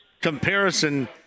comparison